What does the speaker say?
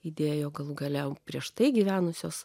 įdėjo galų gale prieš tai gyvenusios